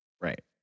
Right